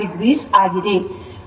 5o ಆಗಿದೆ